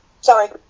Sorry